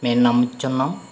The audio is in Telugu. మేము నమ్ముతున్నాం